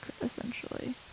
essentially